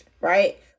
right